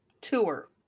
tour